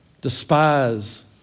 despise